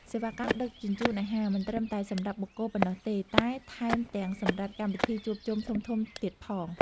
សេវាកម្មដឹកជញ្ជូនអាហារមិនត្រឹមតែសម្រាប់បុគ្គលប៉ុណ្ណោះទេ តែថែមទាំងសម្រាប់កម្មវិធីជួបជុំធំៗទៀតផង។